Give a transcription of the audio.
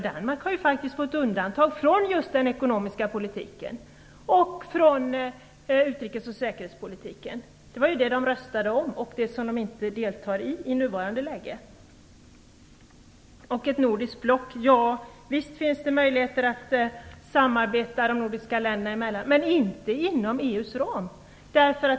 Danmark har ju faktiskt fått undantag från just den ekonomiska politiken och från utrikes och säkerhetspolitiken. Det var ju detta de röstade om, och de deltar inte heller i det i nuvarande läge. Visst finns det möjligheter att samarbete mellan de nordiska länderna, men inte inom EU:s ram.